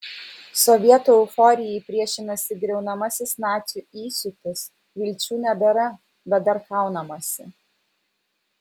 sovietų euforijai priešinasi griaunamasis nacių įsiūtis vilčių nebėra bet dar kaunamasi